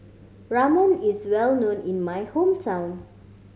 ramen is well known in my hometown